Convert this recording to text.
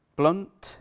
blunt